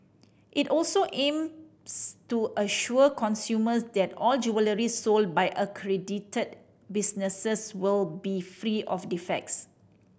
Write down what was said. it also aims to assure consumers that all jewellery sold by accredited businesses will be free of defects